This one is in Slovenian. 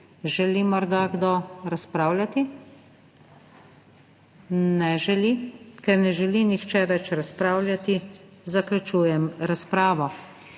Želi morda kdo razpravljati? Ne želi. Ker ne želi nihče več razpravljati, zaključujem razpravo.